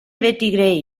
betty